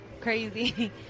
crazy